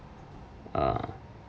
uh